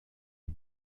est